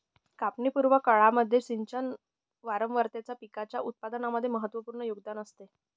कापणी पूर्व काळामध्ये सिंचन वारंवारतेचा पिकाच्या उत्पादनामध्ये महत्त्वपूर्ण योगदान असते